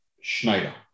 Schneider